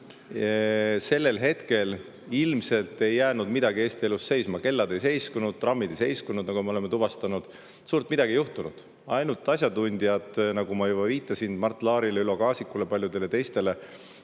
lõdvendati, ilmselt ei jäänud midagi Eesti elus seisma, kellad ei seiskunud, trammid ei seiskunud, nagu me oleme tuvastanud. Suurt midagi ei juhtunud. Ainult asjatundjad, nagu ma juba viitasin, Mart Laar, Ülo Kaasik ja paljud teised